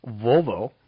Volvo